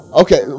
Okay